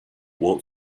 warp